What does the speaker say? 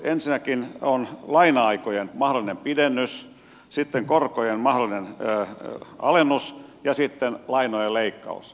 ensinnäkin on laina aikojen mahdollinen pidennys sitten korkojen mahdollinen alennus ja sitten lainojen leikkaus